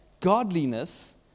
Godliness